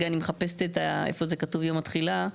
אני מחפשת איפה כתוב יום התחילה.